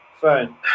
phone